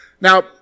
Now